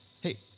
Hey